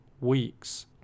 weeks